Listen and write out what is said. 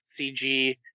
cg